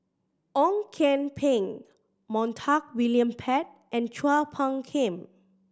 Ong Kian Peng Montague William Pett and Chua Phung Kim